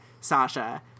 Sasha